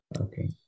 Okay